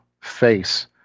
face